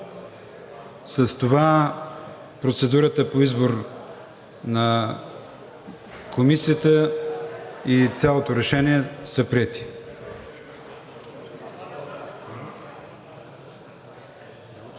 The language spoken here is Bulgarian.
С това процедурата по избор на Комисията и цялото решение са приети.